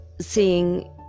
seeing